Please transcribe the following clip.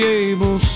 able